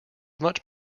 much